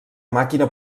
màquina